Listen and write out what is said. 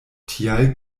tial